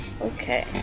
Okay